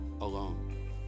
alone